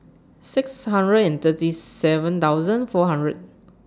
six hundred and thirty seven thousand four hundred